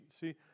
See